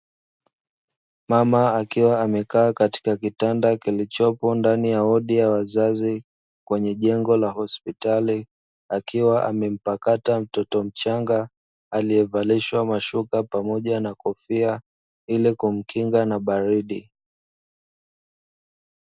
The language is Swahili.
Mama akiwa amekaa katika kitanda kilichoko ndani ya wodi ya wazazi kwenye jengo la hospitali, akiwa amempakata mtoto mchanga, aliyevalishwa mashuka pamoja na kofia, ili kumkinga na baridi.